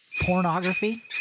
pornography